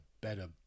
better